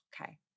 okay